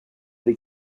des